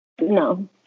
no